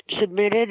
submitted